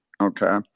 okay